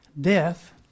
Death